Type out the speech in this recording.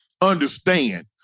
understand